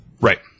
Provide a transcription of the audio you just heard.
right